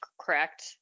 correct